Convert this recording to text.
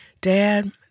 Dad